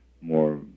more